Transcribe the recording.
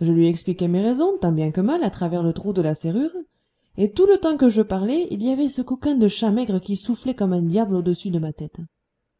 je lui expliquai mes raisons tant bien que mal à travers le trou de la serrure et tout le temps que je parlais il y avait ce coquin de chat maigre qui soufflait comme un diable au-dessus de ma tête